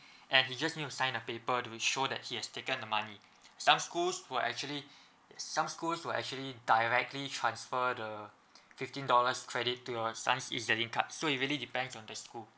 and he just need to sign a paper do show that he has taken the money some schools will actually some school will actually directly transfer the fifteen dollars credit to your ez link card so it really depends on the school